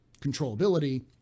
controllability